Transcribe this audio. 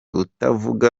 utavuga